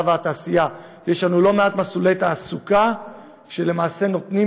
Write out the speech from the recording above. והתעשייה יש לנו לא מעט מסלולי תעסוקה שלמעשה נותנים